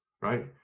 right